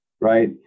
right